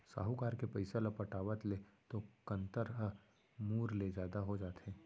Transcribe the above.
साहूकार के पइसा ल पटावत ले तो कंतर ह मूर ले जादा हो जाथे